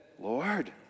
Lord